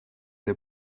der